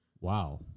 Wow